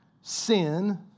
sin